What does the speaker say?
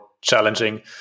challenging